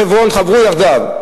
חברון, חברו יחדיו.